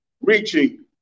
reaching